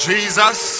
Jesus